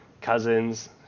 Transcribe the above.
Cousins